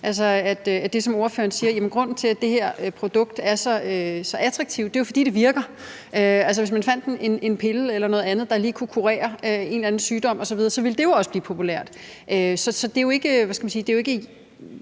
det, som ordføreren siger, nemlig at grunden til, at det her produkt er så attraktivt, jo er, at det virker. Altså, hvis man fandt en pille eller noget andet, der lige kunne kurere en eller anden sygdom osv., så ville det også blive populært. Så det er jo ikke,